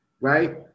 right